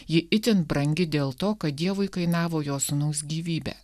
ji itin brangi dėl to kad dievui kainavo jo sūnaus gyvybę